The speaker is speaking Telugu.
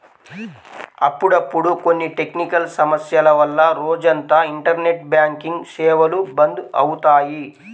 అప్పుడప్పుడు కొన్ని టెక్నికల్ సమస్యల వల్ల రోజంతా ఇంటర్నెట్ బ్యాంకింగ్ సేవలు బంద్ అవుతాయి